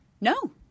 No